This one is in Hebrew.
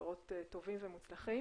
פירות טובים ומוצלחים.